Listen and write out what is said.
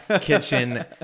kitchen